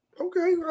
Okay